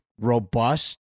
robust